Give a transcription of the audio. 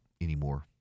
anymore